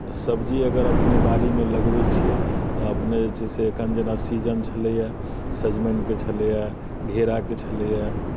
तऽ सब्जी अगर अपने बाड़ीमे लगबैत छियै तऽ अपने जे छै से एखन जेना सीजन छलैए सजमनिके छलैए घेराके छलैए